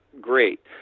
great